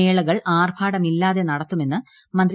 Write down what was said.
മേളകൾ ആർഭാടമില്ലാതെ നടത്തുമെന്ന് മന്ത്രി